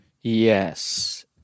yes